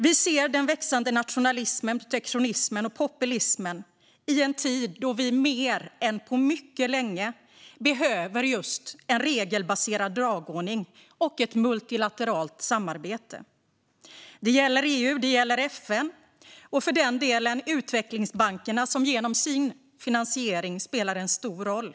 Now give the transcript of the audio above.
Vi ser den växande nationalismen, protektionismen och populismen i en tid då vi mer än på mycket länge behöver en regelbaserad dagordning och ett multilateralt samarbete. Det gäller EU, och det gäller FN - och det gäller för den delen utvecklingsbankerna, som genom sin finansiering spelar en stor roll.